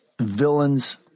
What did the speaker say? villains